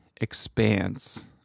expanse